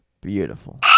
beautiful